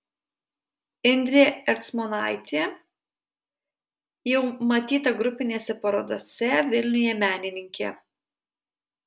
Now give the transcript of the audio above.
indrė ercmonaitė jau matyta grupinėse parodose vilniuje menininkė